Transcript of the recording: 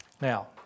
Now